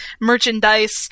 merchandise